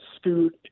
Scoot –